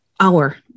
hour